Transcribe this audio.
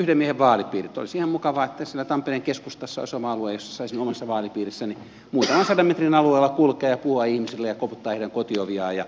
olisi ihan mukavaa että siellä tampereen keskustassa olisi oma alue jossa saisin omassa vaalipiirissäni muutaman sadan metrin alueella kulkea ja puhua ihmisille ja koputtaa heidän kotioviaan ja keskustella heidän kanssaan